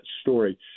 story